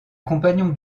compagnons